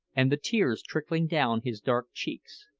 and the tears trickling down his dark cheeks.